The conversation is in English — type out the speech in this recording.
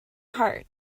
heart